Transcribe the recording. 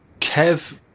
Kev